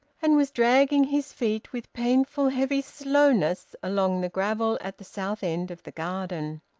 and was dragging his feet with painful, heavy slowness along the gravel at the south end of the garden.